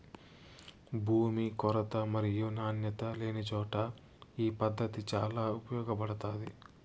భూమి కొరత మరియు నాణ్యత లేనిచోట ఈ పద్దతి చాలా ఉపయోగపడుతాది